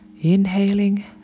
inhaling